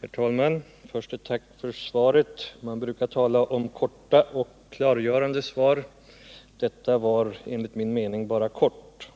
Herr talman! Först ett tack för svaret. Man brukar tala om ett kort och klargörande svar. Detta var enligt min mening bara kort.